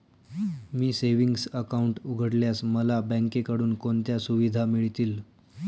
मी savings account उघडल्यास मला बँकेकडून कोणत्या सुविधा मिळतील?